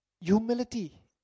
humility